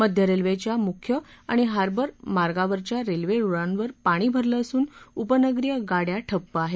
मध्य रेल्वेच्या मुख्य आणि हार्बर मार्गाच्या रेल्वे रुळांवर पाणी भरलं असून उपनगरीय गाड्या ठप्प आहेत